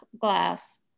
glass